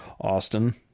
Austin